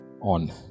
on